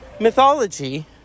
mythology